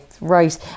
right